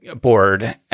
board